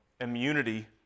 immunity